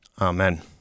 Amen